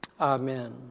amen